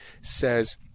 says